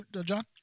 John